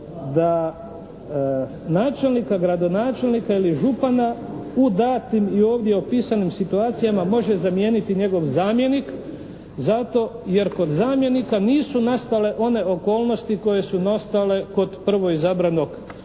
da načelnika, gradonačelnika ili župana u datim i ovdje opisanim situacijama može zamijeniti njegov zamjenik zato jer kod zamjenika nisu nastale one okolnosti koje su nastale kod prvoizabranog načelnika